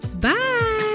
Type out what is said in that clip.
Bye